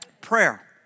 Prayer